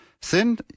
Sin